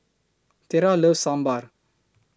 Tera loves Sambar